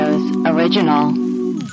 Original